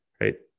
Right